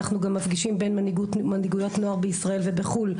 אנחנו גם מפגישים בין מנהיגויות נוער בישראל ובחו"ל,